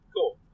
Cool